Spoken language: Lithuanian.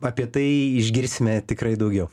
apie tai išgirsime tikrai daugiau